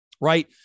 right